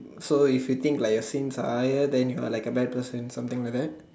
so you should think like your sins are higher then you are like a bad person something like that